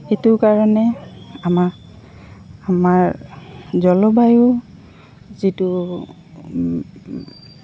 সেইটো কাৰণে আমাৰ আমাৰ জলবায়ু যিটো